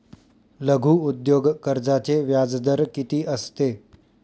लघु उद्योग कर्जाचे व्याजदर किती असते?